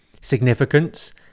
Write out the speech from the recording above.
significance